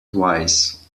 twice